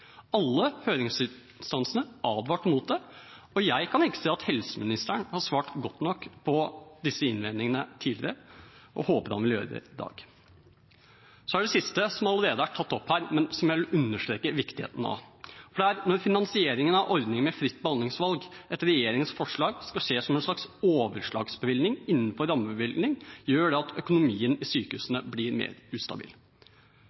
Alle høringsinstansene advarte mot det. Jeg kan ikke se at helseministeren har svart godt nok på disse innvendingene tidligere, og håper han vil gjøre det i dag. Til sist til noe som allerede er tatt opp her, men som jeg vil understreke viktigheten av: Når finansieringen av ordningen med fritt behandlingsvalg etter regjeringens forslag skal skje som en slags overslagsbevilgning innenfor rammebevilgning, gjør det at økonomien i sykehusene blir mer ustabil.